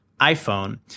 iPhone